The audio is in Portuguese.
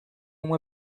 uma